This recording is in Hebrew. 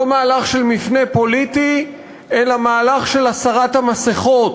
לא מהלך של מפנה פוליטי, אלא מהלך של הסרת המסכות,